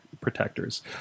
protectors